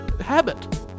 habit